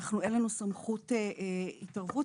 אין לנו סמכות התערבות.